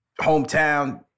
Hometown